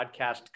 podcast